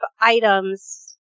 items